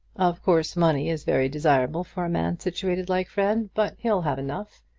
of course money is very desirable for a man situated like fred but he'll have enough,